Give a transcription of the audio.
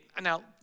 Now